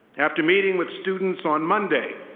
after meeting with students on monday,